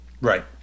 Right